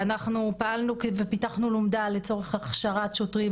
אנחנו פיתחנו לומדה לצורך הכשרת שוטרים,